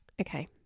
Okay